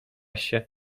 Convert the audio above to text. się